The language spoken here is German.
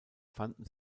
fanden